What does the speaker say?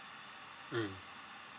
mm